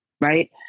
right